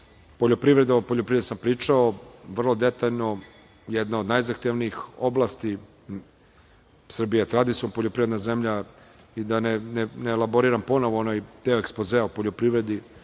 tome raditi.O poljoprivredi sam pričao vrlo detaljno. Jedna od najzahtevnijih oblasti. Srbija je tradicionalna poljoprivredna zemlja i da ne elaboriram ponovo, onaj deo ekspozea o poljoprivredi,